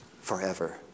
forever